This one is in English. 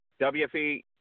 wfe